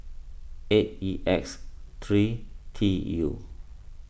eight E X three T U